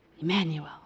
Emmanuel